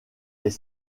est